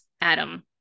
Adam